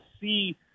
see